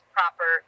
proper